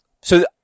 so-